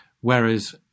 Whereas